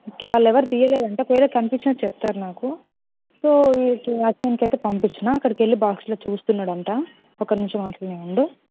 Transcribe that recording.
వాళ్ళు ఎవరు తీయలేదంటా ఒకవేళ కనిపించినా చెప్తారు నాకు సో నీకు వాచ్మెన్కి అయితే పంపించినా అక్కడికి వెళ్ళి బాక్స్లో చూస్తున్నాడు అంట ఒక నిమిషం అట్లనే ఉండు